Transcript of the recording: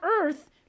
earth